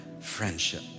friendship